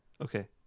Okay